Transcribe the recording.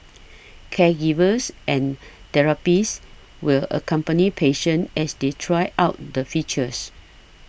caregivers and therapists will accompany patients as they try out the features